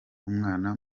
umwana